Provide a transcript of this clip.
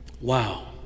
Wow